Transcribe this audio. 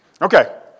Okay